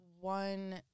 one